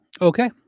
Okay